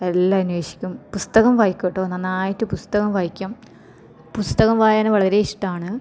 എല്ലാം അന്വേഷിക്കും പുസ്തകം വായിക്കും കേട്ടോ നന്നായിട്ട് പുസ്തകം വായിക്കും പുസ്തകം വായന വളരെ ഇഷ്ടമാണ്